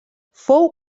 fou